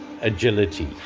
agility